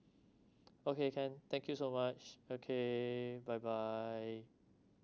okay can thank you so much okay bye bye